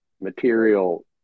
material